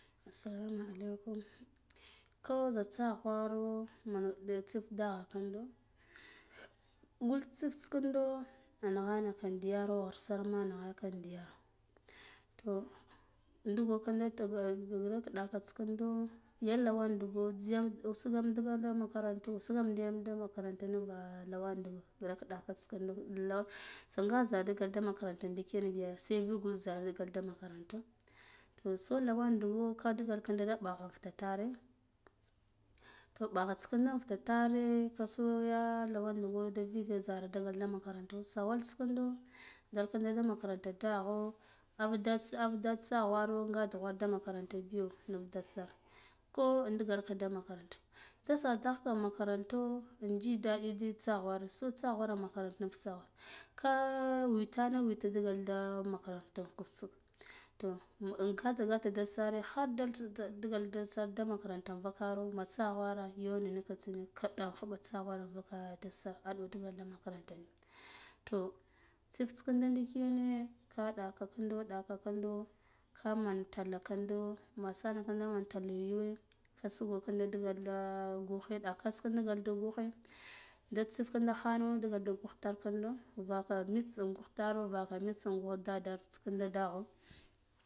Assalamu alaikum nko za tsaghwro mangala tsif daghan ko gul tsiftsikindo anghanaka diyero to dugo kinda tugo geak dakata kindo ya kwan dugwo ziyam usaganda digal makarantu usugam digil makaranta niva lawan duva grak dits kindo lawan tsaga zaka ɗeke digal ka makaranta se vigu zaro digalka makaranto to so lawan duyo ka digal kinda pakha tare to ɓakhata ƙindo inputo tare ka zo ya lawan chego ka viguka viga zan sawal da makaranto sawalta ko dat kinda makarant daghano av ave ded taaghwaro nga dughwara da makaranta biyo niko nuv dal sar nko indigalko makaranto da sadagh ko makaranta inji daɗi tsaghware so tsaghwara in makaranta niva tsaghwara ka witanaga wita da digal ka da makaranto inkusuk to to in gata gata insare harda tal digalda makaranta invaro ma tsagwara niye yona nika tsine kiɗi khuɓa tsaghwara invak dada sar aɗuwo da digal da makaranta riya toh tsif ka kinda diyane ka ɗakaka kindo ɗaka kinɗo kaman tallo kinɗo mɓusana ka talla yuwe ka sugo kinda de digalda taa gughe ɗaka kata ka digal gughe da tsif kinda hano digal da ghuh tar kindo vaka mita in gugh taro vaka mita in gugh daduta kinda dagha